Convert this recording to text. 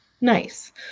Nice